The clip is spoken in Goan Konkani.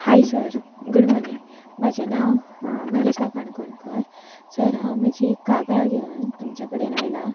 हाय सर गुड मॉनींंग म्हजें नांव मल्लिका काणकोणकर सर हांव म्हजी एक कागाळ घेवन तुमचे कडेन आयला